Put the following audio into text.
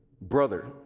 brother